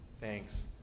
thanks